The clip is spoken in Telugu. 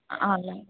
అలాగే